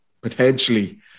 potentially